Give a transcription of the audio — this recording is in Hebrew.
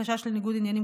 חשש לניגוד עניינים,